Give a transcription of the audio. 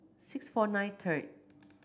six four nine third